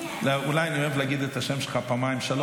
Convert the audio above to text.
אולי אני אוהב להגיד את השם שלך פעמיים-שלוש,